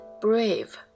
brave